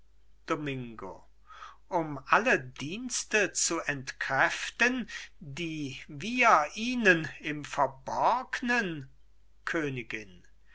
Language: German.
domingo um alle dienste zu entkräften die wir ihnen im verborgnen königin